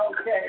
Okay